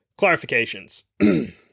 clarifications